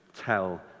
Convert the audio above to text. tell